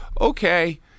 okay